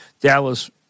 Dallas